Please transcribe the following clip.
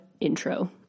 intro